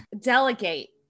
delegate